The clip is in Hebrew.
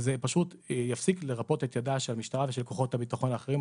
זה פשוט יפסיק לרפות את ידה של המשטרה ושל כוחות הביטחון האחרים.